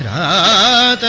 aa